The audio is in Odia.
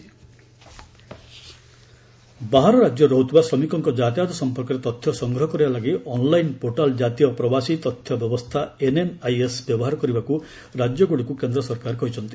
ଅନ୍ଲାଇନ୍ ଡ୍ୟାସ୍ବୋର୍ଡ ବାହାର ରାଜ୍ୟରେ ରହୁଥିବା ଶ୍ରମିକଙ୍କ ଯାତାୟତ ସଂପର୍କରେ ତଥ୍ୟ ସଂଗ୍ରହ କରିବା ଲାଗି ଅନ୍ଲାଇନ୍ ପୋର୍ଟାଲ୍ ଜାତୀୟ ପ୍ରବାସୀ ତଥ୍ୟ ବ୍ୟବସ୍ଥା ଏନ୍ଏନଆଇଏସ୍ ବ୍ୟବହାର କରିବାକୁ ରାଜ୍ୟଗୁଡ଼ିକୁ କେନ୍ଦ୍ର ସରକାର କହିଛନ୍ତି